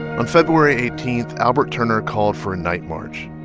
on february eighteen, albert turner called for a night march.